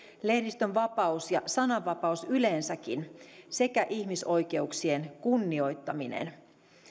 lehdistönvapaus ja sananvapaus yleensäkin sekä ihmisoikeuksien kunnioittaminen